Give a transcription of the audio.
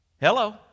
Hello